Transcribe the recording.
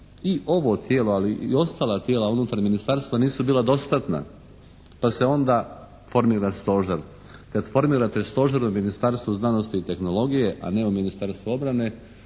i ovo tijelo, ali i ostala tijela unutar Ministarstva nisu bila dostatna pa se onda formira stožer. Kad formirate stožer u Ministarstvu znanosti i tehnologije a ne u Ministarstvu obrane